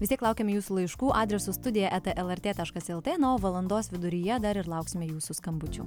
vistiek laukiame jūsų laiškų adresu studija eta lrt taškas lt na o valandos viduryje dar ir lauksime jūsų skambučių